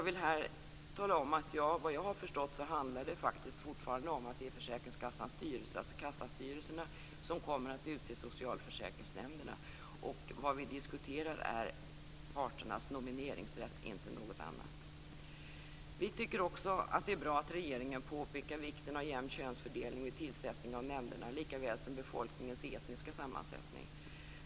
Vad jag har förstått handlar det fortfarande om att det är försäkringskassan som styr. Det är kassastyrelserna som kommer att utse socialförsäkringsnämnderna. Vad vi diskuterar är parternas nomineringsrätt - inte något annat. Vi tycker också att det är bra att regeringen påpekar vikten av jämn könsfördelning vid tillsättningen av nämnderna likaväl som befolkningens etniska sammansättning.